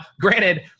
Granted